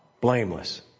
blameless